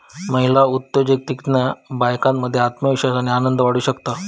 महिला उद्योजिकतेतना बायकांमध्ये आत्मविश्वास आणि आनंद वाढू शकता